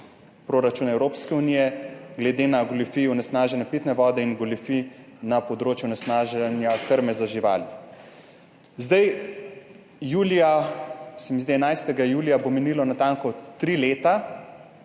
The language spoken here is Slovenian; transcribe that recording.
proračun Evropske unije, glede na goljufijo onesnažene pitne vode in goljufije na področju onesnaženja krme za živali. Julija, se mi zdi, da 11. julija, bo minilo natanko tri leta,